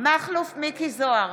מכלוף מיקי זוהר,